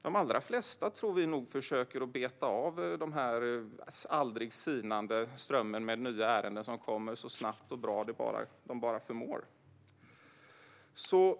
De allra flesta tror vi nog försöker beta av ärendena - som kommer i en aldrig sinande ström - så snabbt och bra de bara förmår.